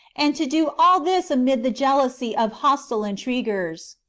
and to do all this amid the jealousy of hostile intriguers,